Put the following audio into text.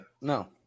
No